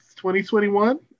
2021